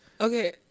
Okay